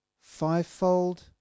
fivefold